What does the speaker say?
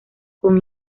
con